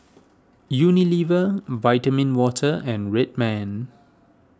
Unilever Vitamin Water and Red Man